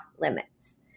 Limits